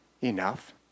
enough